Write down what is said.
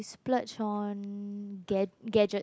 splurge on gad~ gadgets